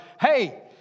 hey